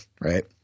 right